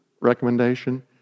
recommendation